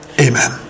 Amen